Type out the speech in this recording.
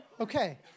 Okay